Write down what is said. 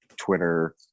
Twitter